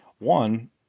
One